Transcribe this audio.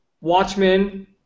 Watchmen